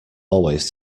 always